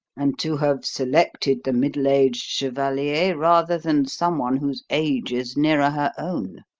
and to have selected the middle-aged chevalier rather than someone whose age is nearer her own.